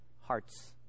hearts